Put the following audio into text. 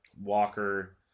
Walker